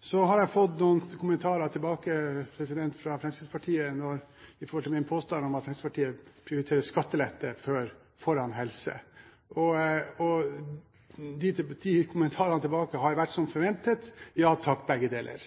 Så har jeg fått noen kommentarer tilbake fra Fremskrittspartiet i forhold til min påstand om at Fremskrittspartiet prioriterer skattelette foran helse. De kommentarene tilbake har jo vært som forventet: Ja takk, begge deler.